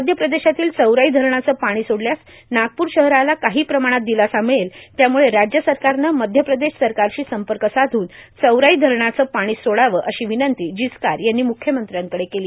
मध्य प्रदेशातील चौराई धरणाचे पाणी सोडल्यास नागपूर शहराला काही प्रमाणात दिलासा मिळेल त्यामुळे राज्य सरकारने मध्य प्रदेश सरकारशी संपर्क साधून चौराई धरणाचं पाणी सोडावे अशी विनंती जिचकार यांनी म्ख्यमंत्र्यांकडे केली